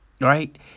right